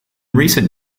recent